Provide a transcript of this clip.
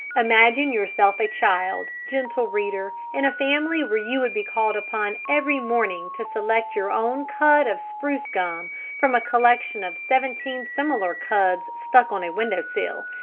imagine yourself a child, gentle reader, in a family where you would be called upon every morning to select your own cud of spruce gum from a collection of seventeen similar cuds stuck on a window-sill!